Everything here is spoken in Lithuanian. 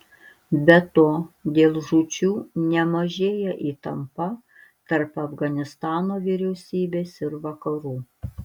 be to dėl žūčių nemažėja įtampa tarp afganistano vyriausybės ir vakarų